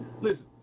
Listen